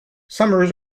summers